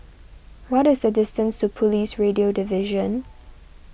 what is the distance to Police Radio Division